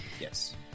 yes